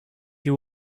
you